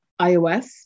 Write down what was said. iOS